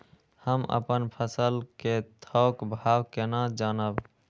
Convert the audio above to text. हम अपन फसल कै थौक भाव केना जानब?